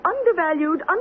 undervalued